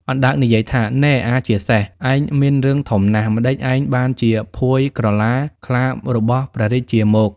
អណ្ដើកនិយាយថា៖ "នែ! អាជាសេះឯងមានរឿងធំណាស់ ម្ដេចឯងបានជាភួយក្រឡាខ្លារបស់ព្រះរាជាមក?"